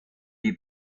die